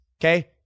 okay